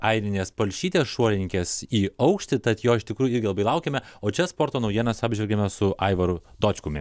airinės palšytės šuolininkės į aukštį tad jo iš tikrųjų irgi labai laukiame o čia sporto naujienas apžvelgėme su aivaru dočkumi